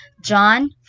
John